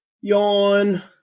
yawn